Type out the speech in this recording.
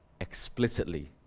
explicitly